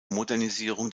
modernisierung